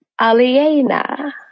Aliena